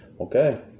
Okay